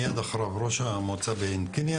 מיד אחריו ראש המועצה בעין קינא,